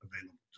available